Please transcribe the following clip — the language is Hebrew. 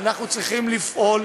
ואנחנו צריכים לפעול